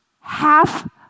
Half